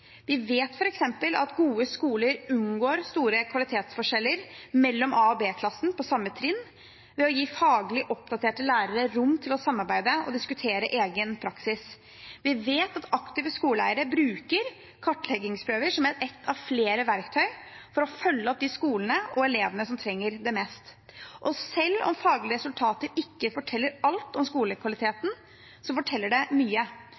Vi vet f.eks. at gode skoler unngår store kvalitetsforskjeller mellom A- og B-klassen på samme trinn ved å gi faglig oppdaterte lærere rom til å samarbeide og diskutere egen praksis. Vi vet at aktive skoleeiere bruker kartleggingsprøver som et av flere verktøy for å følge opp de skolene og elevene som trenger det mest. Selv om faglige resultater ikke forteller alt om skolekvaliteten, forteller de mye.